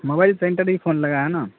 mobile centre ہی phone لگا ہے نا